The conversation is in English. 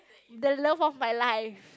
the love of my life